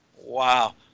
Wow